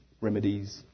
remedies